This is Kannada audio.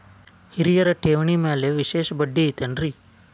ಹಿರಿಯರ ಠೇವಣಿ ಮ್ಯಾಲೆ ವಿಶೇಷ ಬಡ್ಡಿ ಐತೇನ್ರಿ?